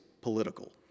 political